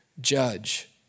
judge